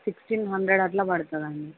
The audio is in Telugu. సిక్స్టీన్ హండ్రెడ్ అట్లా పడతదండి